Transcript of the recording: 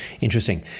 interesting